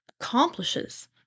accomplishes